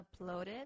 uploaded